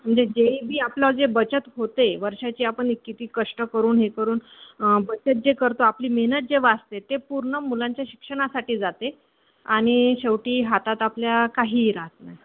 म्हणजे जेही आपलं जे बचत होते वर्षाची आपण हे किती कष्ट करून हे करून बचत जे करतो आपली मेहनत जे वाचते ते पूर्ण मुलांच्या शिक्षणासाठी जाते आणि शेवटी हातात आपल्या काहीही राहत नाही